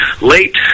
late